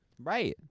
right